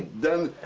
then,